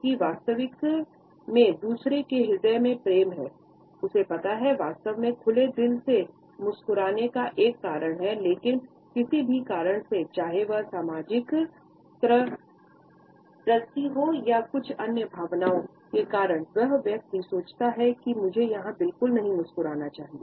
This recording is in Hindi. तो यहाँ आप पाएंगे कि वह व्यक्ति जानता है कि वास्तविक में दूसरे के ह्रदय में प्रेम है सामाजिक कर्टसी हो या कुछ अन्य भावनाओं के कारण वह व्व्यक्ति सोचता है की मुझे यहाँ बिल्कुल नहीं मुस्कुराना चाहिए